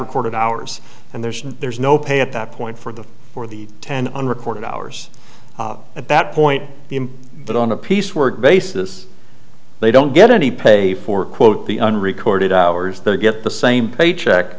recorded hours and there's no there's no pay at that point for them for the ten unrecorded hours at that point him but on a piece work basis they don't get any pay for quote the unrecorded hours they get the same paycheck